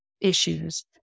issues